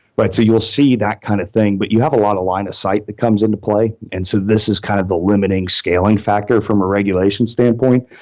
but so you'll see that kind of thing, but you have a lot of line of sight that comes into play, and so this is kind of the limiting scaling factor from a regulation standpoint,